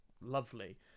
lovely